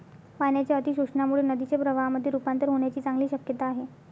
पाण्याच्या अतिशोषणामुळे नदीचे प्रवाहामध्ये रुपांतर होण्याची चांगली शक्यता आहे